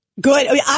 Good